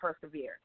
persevere